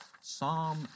Psalm